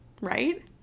Right